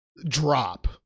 drop